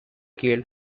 killed